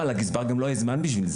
ולגזבר גם לא יהיה זמן בשבילם.